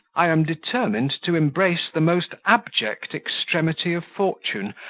i am determined to embrace the most abject extremity of fortune,